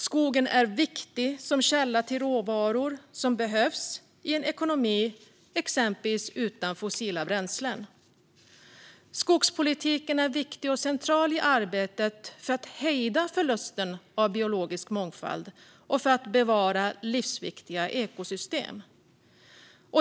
Skogen är viktig som källa till råvaror som behövs i en ekonomi exempelvis utan fossila bränslen. Skogspolitiken är viktig och central i arbetet för att hejda förlusten av biologisk mångfald och för att bevara livsviktiga ekosystem.